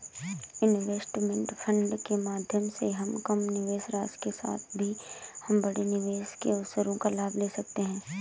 investment fund के माध्यम से हम कम निवेश राशि के साथ भी हम बड़े निवेश के अवसरों का लाभ ले सकते हैं